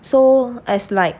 so as like